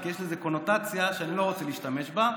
כי יש לזה קונוטציה שאני לא רוצה להשתמש בה,